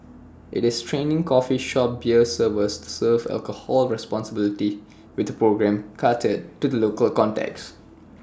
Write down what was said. IT is training coffee shop beer service serve alcohol responsibly with A programme catered to the local context